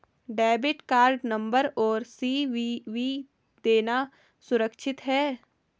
Debit card number और CVV देना सुरक्षित है?